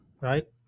right